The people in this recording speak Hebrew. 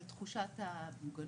על תחושת המוגנות,